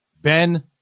Ben